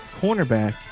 cornerback